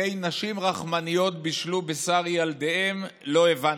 "ידי נשים רחמניות בשלו ילדיהן", לא הבנתי.